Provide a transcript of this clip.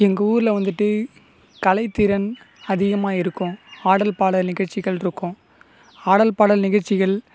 எங்கள் ஊரில் வந்துட்டு கலைத்திறன் அதிகமாக இருக்கும் ஆடல் பாடல் நிகழ்ச்சிகள் இருக்கும் ஆடல் பாடல் நிகழ்ச்சிகள்